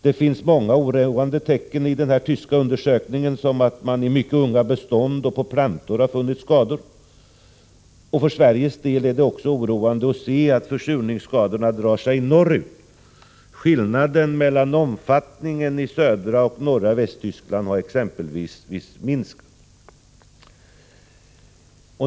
Det finns många — Nr 17 oroande tecken i den tyska undersökningen, t.ex. att man funnit skador i Torsdagen den mycket unga bestånd och på plantor. För Sveriges del är det också oroande 25 oktober 1984 att se att försurningsskadorna drar sig norrut. Skillnaden i omfattningen av skador mellan södra och norra Västtyskland har exempelvis minskat.